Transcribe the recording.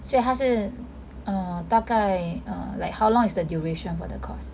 所以他是 err 大概 err like how long is the duration for the course